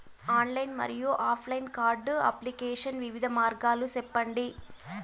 Online మరియు offline card application వివిధ మార్గాలు సెప్పండి?